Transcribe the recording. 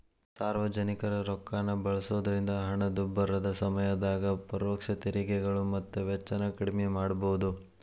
ಸಾರ್ವಜನಿಕರ ರೊಕ್ಕಾನ ಬಳಸೋದ್ರಿಂದ ಹಣದುಬ್ಬರದ ಸಮಯದಾಗ ಪರೋಕ್ಷ ತೆರಿಗೆಗಳು ಮತ್ತ ವೆಚ್ಚನ ಕಡ್ಮಿ ಮಾಡಬೋದು